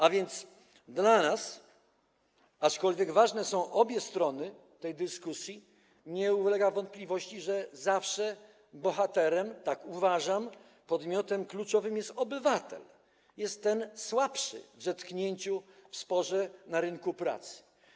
A więc dla nas, aczkolwiek ważne są obie strony tej dyskusji, nie ulega wątpliwości, że zawsze bohaterem, tak uważam, podmiotem kluczowym jest obywatel, jest ten słabszy w zetknięciu, w sporze na rynku pracy.